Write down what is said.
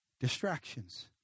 Distractions